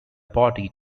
body